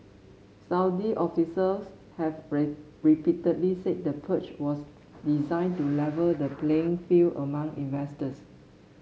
Saudi officials have repeatedly said the purge was designed to level the playing field among investors